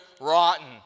rotten